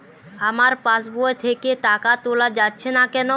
আমার পাসবই থেকে টাকা তোলা যাচ্ছে না কেনো?